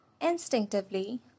Instinctively